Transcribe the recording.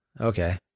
Okay